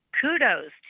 kudos